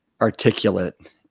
articulate